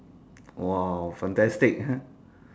!wow! fantastic ah